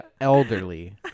elderly